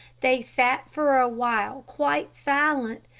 they sat for a while quite silent,